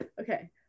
okay